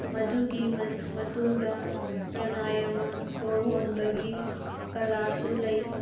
ꯃꯗꯨꯒꯤ ꯃꯇꯨꯡꯗ ꯄꯔꯅꯥꯏꯌꯥꯃꯥ ꯁꯣꯔ ꯍꯣꯟꯕꯒꯤ ꯀꯥꯂꯥꯁꯨ ꯂꯩ